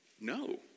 No